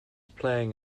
playing